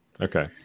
Okay